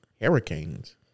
Hurricanes